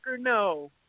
No